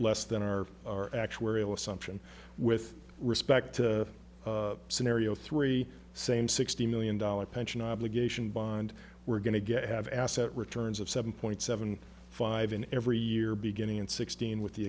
less than our actuarial assumption with respect to scenario three same sixty million dollar pension obligation bond we're going to get have asset returns of seven point seven five in every year beginning in sixteen with the